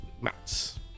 Mats